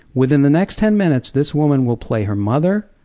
within the next ten minutes, this woman will play her mother,